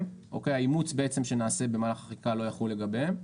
האימוץ שנעשה במהלך החקיקה לא יחול לגביהם.